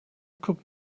could